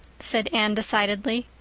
said anne decidedly.